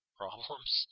problems